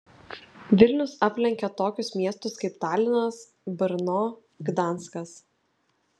vilnius aplenkė tokius miestus kaip talinas brno gdanskas